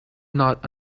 not